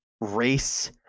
race